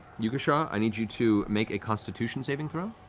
you, kashaw, i need you to make a constitution saving throw.